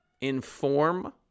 inform